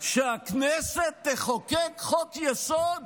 שהכנסת תחוקק חוק-יסוד?